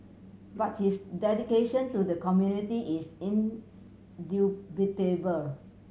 but his dedication to the community is indubitable